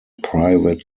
private